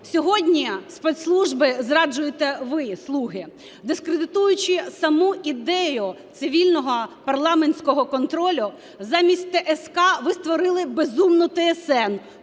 Сьогодні спецслужби зраджуєте ви, "слуги", дискредитуючи саму ідею цивільного парламентського контролю. Замість ТСК ви створили "безумну ТСН" –